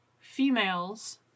females